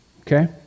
Okay